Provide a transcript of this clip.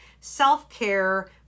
self-care